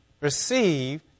receive